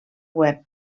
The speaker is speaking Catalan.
web